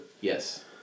Yes